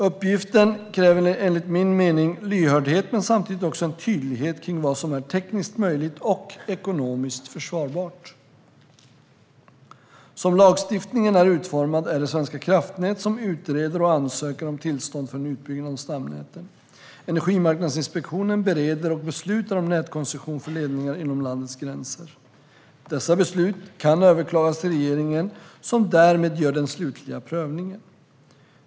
Uppgiften kräver enligt min mening lyhördhet men samtidigt också en tydlighet kring vad som är tekniskt möjligt och ekonomiskt försvarbart. Som lagstiftningen är utformad är det Svenska kraftnät som utreder och ansöker om tillstånd för en utbyggnad av stamnäten. Energimarknadsinspektionen bereder och beslutar om nätkoncession för ledningar inom landets gränser. Dessa beslut kan överklagas till regeringen som därmed gör den slutliga prövningen.